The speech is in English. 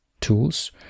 tools